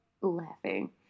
laughing